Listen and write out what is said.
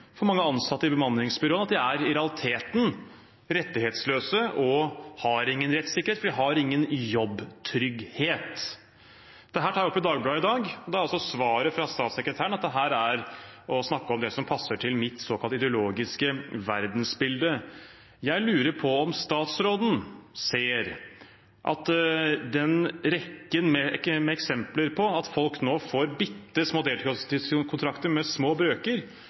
for mange ansatte i bemanningsbyråer, at de i realiteten er rettighetsløse og har ingen rettssikkerhet fordi de har ingen jobbtrygghet. Dette tar jeg opp i Dagbladet i dag, og da er svaret fra statssekretæren at dette er å snakke om det som passer til mitt såkalt ideologiske verdensbilde. Jeg lurer på om statsråden ser den rekken med eksempler på at folk nå får bittesmå deltidskontrakter med små brøker